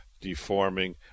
deforming